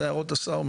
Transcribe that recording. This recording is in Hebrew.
זה אות השר,